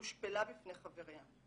הושפלה בפני חבריה.